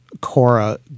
Cora